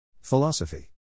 Philosophy